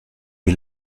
wie